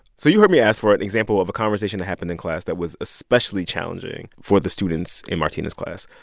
so you heard me ask for an example of a conversation that happened in class that was especially challenging for the students in martina's class.